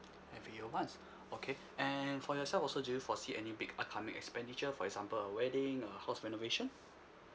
every year once okay and for yourself also do you foresee any big upcoming expenditure for example a wedding a house renovation